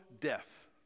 death